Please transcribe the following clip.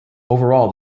overall